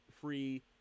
free